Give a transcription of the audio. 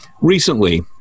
recently